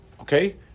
okay